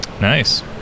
nice